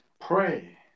Pray